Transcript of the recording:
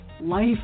life